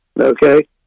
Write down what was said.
Okay